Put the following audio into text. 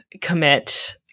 commit